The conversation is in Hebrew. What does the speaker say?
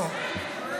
לא.